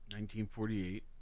1948